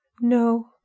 No